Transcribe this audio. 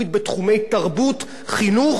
חינוך והשכלה אחרים.